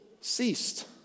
ceased